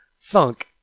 thunk